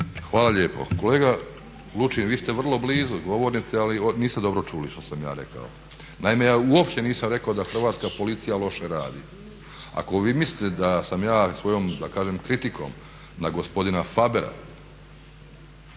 Hvala lijepo. Kolega Lučin, vi ste vrlo blizu govornice ali niste dobro čuli što sam ja rekao. Naime, ja uopće nisam rekao da Hrvatska policija loše radi. Ako vi mislite da sam ja svojom da kažem kritikom na gospodina Fabera